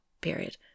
period